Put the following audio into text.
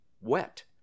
wet